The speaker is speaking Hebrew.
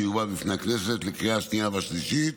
שתובא בפני הכנסת לקריאה השנייה והשלישית.